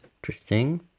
interesting